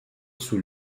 sous